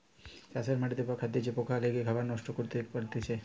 চাষের মাটিতে বা খাদ্যে যে পোকা লেগে খাবার নষ্ট করতে পারতিছে